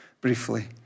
briefly